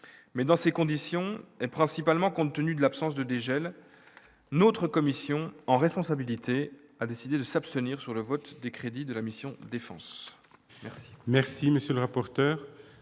mais dans ces conditions, et principalement, compte tenu de l'absence de dégel notre commission en responsabilité, a décidé de s'abstenir sur le vote des crédits de la mission défense.